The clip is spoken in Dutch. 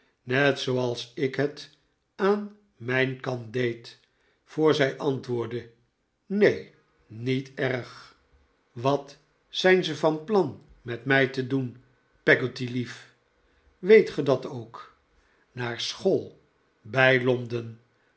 net zooals ik het aan mijn kant deed voor zij antwoordde neen niet erg wat zijn ze van plan met mij te doen peggotty lief weet ge dat ook naar school bij londen